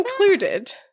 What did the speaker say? included